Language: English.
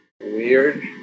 weird